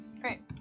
Great